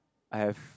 I have